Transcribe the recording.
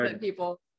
people